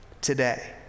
today